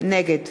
נגד